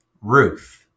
Ruth